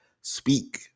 Speak